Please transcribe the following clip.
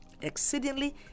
exceedingly